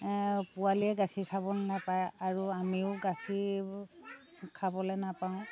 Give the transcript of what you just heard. পোৱালীয়ে গাখীৰ খাবলৈ নেপায় আৰু আমিও গাখীৰ খাবলৈ নাপাওঁ